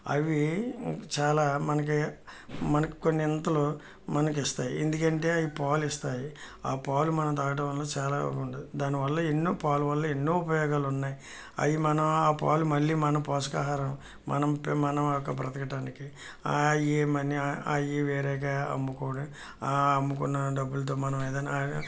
అవి చాలా మనకి మనకి కొన్నింతలు మనకు ఇస్తాయి ఎందుకంటే అవి పాలు ఇస్తాయి ఆ పాలు మనం త్రాగటం వల్ల చాలా ఉంటుంది దానివల్ల ఎన్నో పాలు వల్ల ఎన్నో ఉపయోగాలు ఉన్నాయి అవి మన ఆ పాలు మళ్ళీ మన పోషకాహారం మనం మనం ఒక్క బ్రతకటానికి ఆ ఈ మనీ అవి వేరేగా అమ్ముకోవడం ఆ అమ్ముకున్న డబ్బులతో మనం ఏదైనా